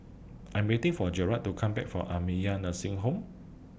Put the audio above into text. I Am waiting For Garett to Come Back from Nursing Home